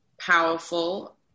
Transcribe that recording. powerful